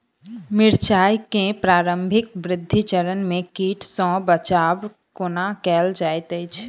मिर्चाय केँ प्रारंभिक वृद्धि चरण मे कीट सँ बचाब कोना कैल जाइत अछि?